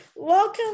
Welcome